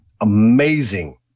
amazing